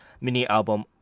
mini-album